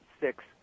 six